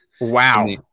Wow